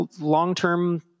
long-term